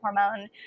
hormone